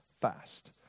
fast